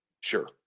sure